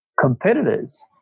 competitors